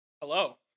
Hello